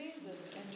Jesus